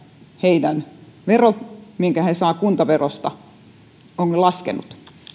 heidän verotulonsa minkä he saavat kuntaverosta ovat laskeneet